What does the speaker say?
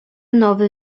nowy